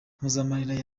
mpozamarira